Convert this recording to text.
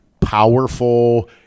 powerful